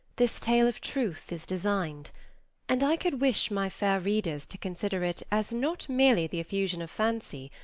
this tale of truth is designed and i could wish my fair readers to consider it as not merely the effusion of fancy,